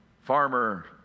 farmer